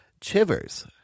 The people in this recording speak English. Chivers